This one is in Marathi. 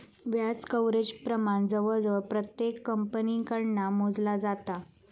व्याज कव्हरेज प्रमाण जवळजवळ प्रत्येक कंपनीकडना मोजला जाता